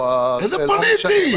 איזה פוליטי?